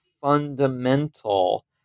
fundamental